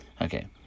Okay